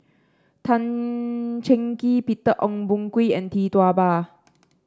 Tan Cheng Kee Peter Ong Boon Kwee and Tee Tua Ba